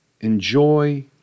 Enjoy